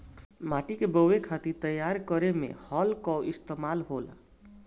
माटी के बोवे खातिर तैयार करे में हल कअ इस्तेमाल होला